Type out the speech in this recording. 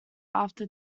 after